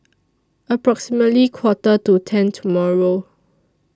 approximately Quarter to ten tomorrow